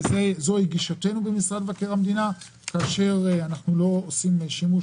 גישתנו במשרד מבקר המדינה היא שכאשר אנחנו לא עושים שימוש